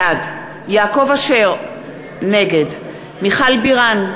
בעד יעקב אשר, נגד מיכל בירן,